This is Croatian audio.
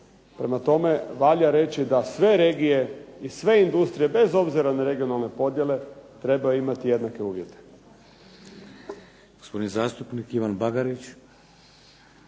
Prema tome, valjda reći da sve regije i sve industrije bez obzira na regionalne podjele treba imati jednake uvjete.